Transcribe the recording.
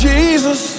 Jesus